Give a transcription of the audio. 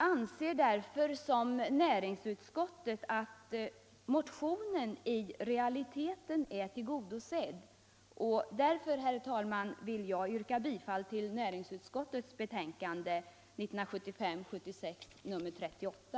Liksom näringsutskottet anser jag att motionen i realiteten är tillgodosedd, och därför, herr talman, vill jag yrka bifall till hemställan i näringsutskottets betänkande nr 38.